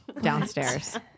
downstairs